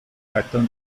cartão